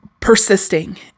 Persisting